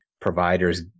providers